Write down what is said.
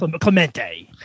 Clemente